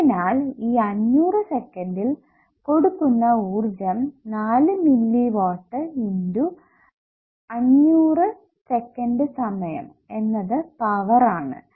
അതിനാൽ ഈ 500 സെക്കന്റിൽ കൊടുക്കുന്ന ഊർജ്ജം 4 മില്ലിവാട്ട് × 500 സെക്കന്റ് സമയം എന്നത് പവർ ആണ്